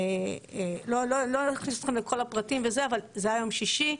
לא אכניס אתכם לכל הפרטים אבל זה היה יום שישי.